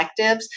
collectives